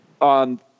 on